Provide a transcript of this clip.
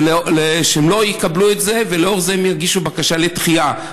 שהם לא יקבלו את זה ולאור זה הם יגישו בקשה לדחייה.